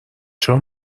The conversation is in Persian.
چرا